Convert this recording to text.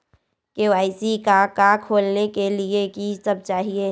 KYC का का खोलने के लिए कि सब चाहिए?